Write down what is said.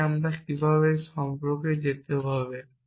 তাই কিভাবে আমরা এই সম্পর্কে যেতে হবে